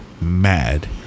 mad